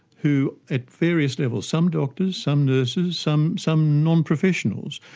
who at various levels, some doctors, some nurses, some some non-professionals,